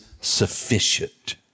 sufficient